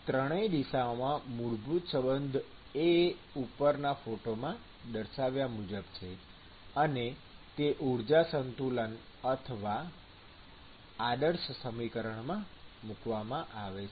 ત્રણેય દિશાઓમાં મૂળભૂત સંબંધ એ ઉપરના ફોટોમાં દર્શાવ્યા મુજબ છે અને તે ઊર્જા સંતુલન અથવા આદર્શ સમીકરણમાં મૂકવામાં આવે છે